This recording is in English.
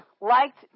liked